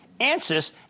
Ansys